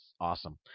awesome